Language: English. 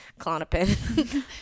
clonopin